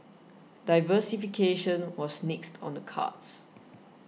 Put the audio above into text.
diversification was next on the cards